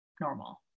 normal